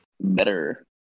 Better